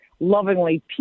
lovingly